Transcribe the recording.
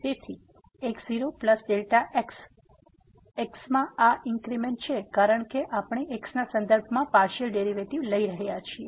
તેથી x0Δx x માં આ ઇન્ક્રીમેન્ટ છે કારણ કે આપણે x ના સંદર્ભમાં પાર્સીઅલ ડેરીવેટીવ લઈ રહ્યા છીએ